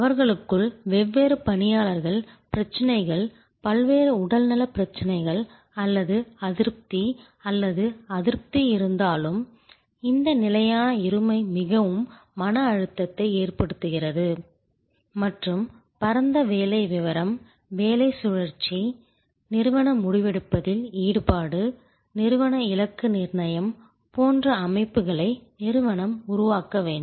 அவர்களுக்குள் வெவ்வேறு பணியாளர்கள் பிரச்சனைகள் பல்வேறு உடல்நலப் பிரச்சனைகள் அல்லது அதிருப்தி அல்லது அதிருப்தி இருந்தாலும் இந்த நிலையான இருமை மிகவும் மன அழுத்தத்தை ஏற்படுத்துகிறது மற்றும் பரந்த வேலை விவரம் வேலை சுழற்சி நிறுவன முடிவெடுப்பதில் ஈடுபாடு நிறுவன இலக்கு நிர்ணயம் போன்ற அமைப்புகளை நிறுவனம் உருவாக்க வேண்டும்